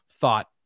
thought